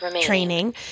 training